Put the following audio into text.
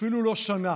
אפילו לא שנה,